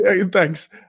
Thanks